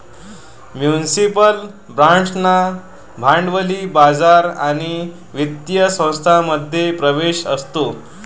municipal बाँड्सना भांडवली बाजार आणि वित्तीय संस्थांमध्ये प्रवेश असतो